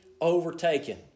overtaken